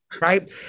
Right